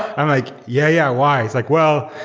i'm like, yeah. yeah. why? he's like, well,